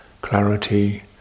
clarity